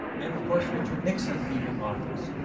and of course, richard nixon leaving office.